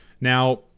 Now